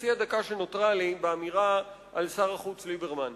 בחצי הדקה שנותרה לי, באמירה על שר החוץ ליברמן.